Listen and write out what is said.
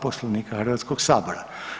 Poslovnika Hrvatskog sabora.